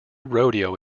rodeo